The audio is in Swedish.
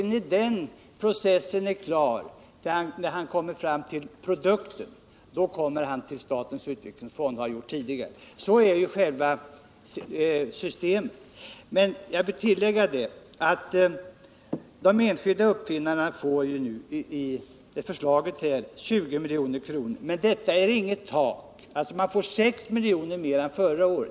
När den processen är klar och han kommer fram till produkten, då kommer han till statens utvecklingsfond. Sådant är själva systemet. Jag vill tillägga att de enskilda uppfinnarna i det föreliggande förslaget får 20 milj.kr., dvs. 6 miljoner mer än förra året.